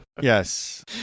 Yes